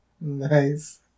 Nice